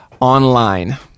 online